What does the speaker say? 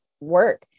work